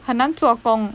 很难做工